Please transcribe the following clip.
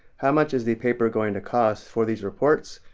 how much is the paper going to cost for these reports?